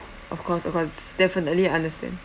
of course of course definitely understand